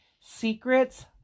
secrets